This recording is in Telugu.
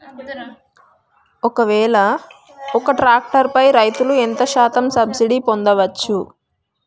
ఒక్కవేల ఒక్క ట్రాక్టర్ పై రైతులు ఎంత శాతం సబ్సిడీ పొందచ్చు?